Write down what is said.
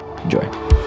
Enjoy